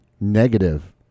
Negative